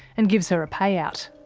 and gives her a payout.